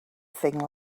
thing